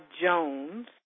Jones